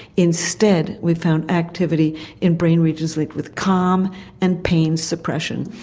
instead we found activity in brain regions like with calm and pain suppression.